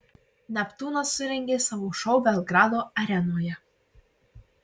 neptūnas surengė savo šou belgrado arenoje